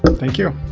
but thank you.